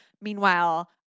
Meanwhile